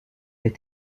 des